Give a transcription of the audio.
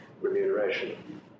remuneration